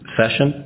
session